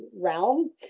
realm